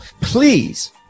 please